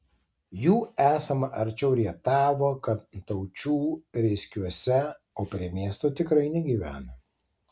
jų esama arčiau rietavo kantaučių reiskiuose o prie miesto tikrai negyvena